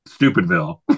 Stupidville